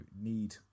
need